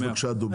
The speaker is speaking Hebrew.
אז בבקשה, דובי.